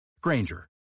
granger